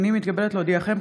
הינני מתכבדת להודיעכם,